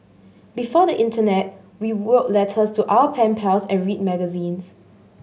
before the internet we wrote letters to our pen pals and read magazines